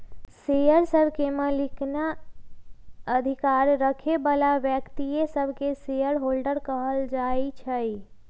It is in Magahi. शेयर सभके मलिकना अधिकार रखे बला व्यक्तिय सभके शेयर होल्डर कहल जाइ छइ